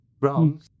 Wrong